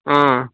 ہاں